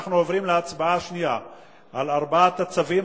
אנחנו עוברים להצבעה שנייה על ארבעת הצווים.